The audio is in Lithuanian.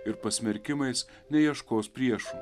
ir pasmerkimais neieškos priešų